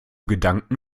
gedanken